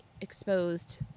exposed